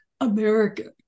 american